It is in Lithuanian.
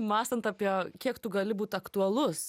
mąstant apie kiek tu gali būt aktualus